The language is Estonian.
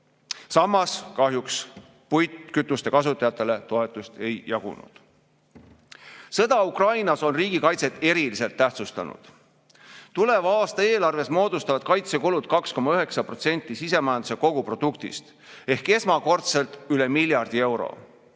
Samas kahjuks puitkütuste kasutajatele toetust ei jagunud. Sõda Ukrainas on riigikaitset eriliselt tähtsustanud. Tuleva aasta eelarves moodustavad kaitsekulud 2,9% sisemajanduse koguproduktist ehk esmakordselt on need üle miljardi euro.